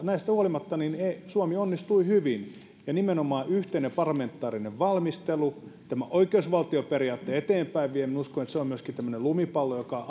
näistä huolimatta suomi onnistui hyvin nimenomaan yhteinen parlamentaarinen valmistelu tämä oikeusvaltioperiaatteen eteenpäinvieminen uskon että se on myöskin tämmöinen lumipallo joka